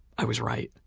i was right.